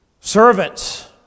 Servants